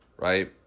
Right